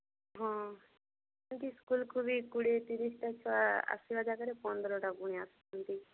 ହଁ ସ୍କୁଲକୁ ବି କୋଡ଼ିଏ ତିରିଶଟା ଛୁଆ ଆସିବା ଜାଗାରେ ପନ୍ଦରଟା ପୁଣି ଆସୁଛନ୍ତି